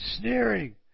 sneering